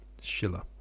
Schiller